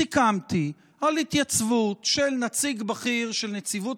סיכמתי על התייצבות של נציג בכיר של נציבות